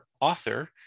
author